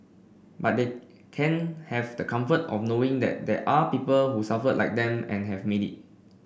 but they can have the comfort of knowing that there are people who suffered like them and have made it